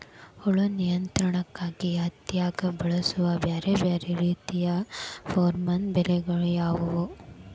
ಹುಳು ನಿಯಂತ್ರಣಕ್ಕಾಗಿ ಹತ್ತ್ಯಾಗ್ ಬಳಸುವ ಬ್ಯಾರೆ ಬ್ಯಾರೆ ರೇತಿಯ ಪೋರ್ಮನ್ ಬಲೆಗಳು ಯಾವ್ಯಾವ್?